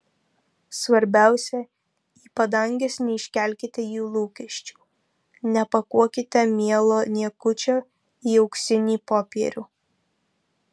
svarbiausia į padanges neiškelkite jų lūkesčių nepakuokite mielo niekučio į auksinį popierių